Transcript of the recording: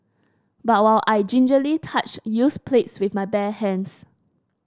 but while I gingerly touched used plates with my bare hands